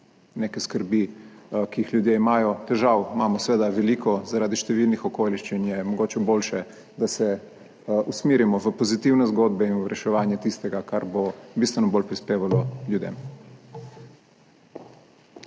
neke skrbi, ki jih ljudje imajo. Težav imamo seveda veliko, zaradi številnih okoliščin je mogoče boljše, da se usmerimo v pozitivne zgodbe in v reševanje tistega, kar bo bistveno bolj prispevalo ljudem.